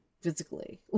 physically